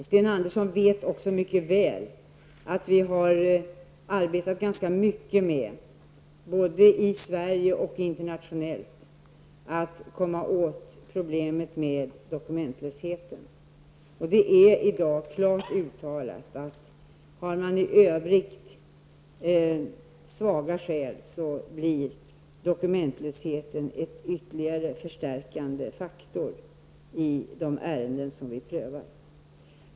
Sten Andersson vet också mycket väl att vi både i Sverige och internationellt arbetat mycket med att komma åt problemet med dokumentlösheten. Det är i dag klart uttalat att dokumentlösheten blir en ytterligare förstärkande faktor i de ärenden som prövas om man i övrigt har svaga skäl.